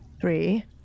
Three